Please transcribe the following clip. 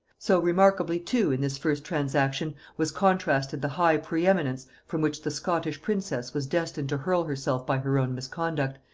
so remarkably, too, in this first transaction was contrasted the high preeminence from which the scottish princess was destined to hurl herself by her own misconduct,